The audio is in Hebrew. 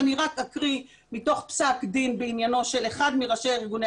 אני רק אקריא מתוך פסק דין בעניינו של אחד מראשי ארגוני